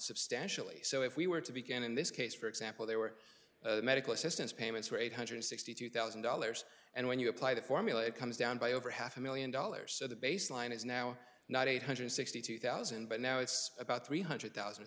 substantially so if we were to began in this case for example there were medical assistance payments were eight hundred sixty two thousand dollars and when you apply the formula it comes down by over half a million dollars so the baseline is now not eight hundred sixty two thousand but now it's about three hundred thousand